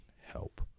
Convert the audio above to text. help